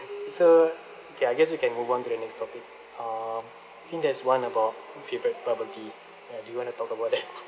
so okay I guess we can move on to the next topic um think there's one about favourite bubble tea ya do you wanna talk about that